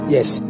Yes